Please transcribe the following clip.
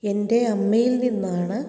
എന്റെ അമ്മയില് നിന്നാണ്